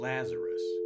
Lazarus